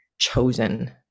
chosen